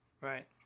right